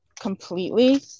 completely